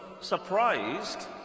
surprised